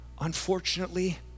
unfortunately